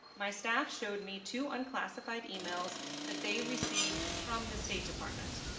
my staff showed me two unclassified emails that they received from the state department.